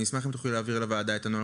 אני אשמח אם תוכלי להעביר לוועדה את הנוהל